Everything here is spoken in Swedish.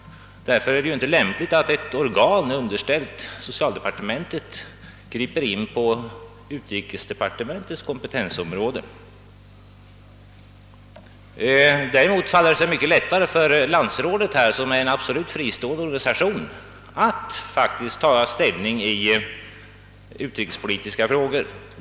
Men ett organ som sålunda är underställt socialdepartementet bör ju inte ge sig in på utrikesdepartementets kompetensområde. Däremot kan landsrådet, som är en fristående organisation, lättare ta ställning i utrikespolitiska frågor.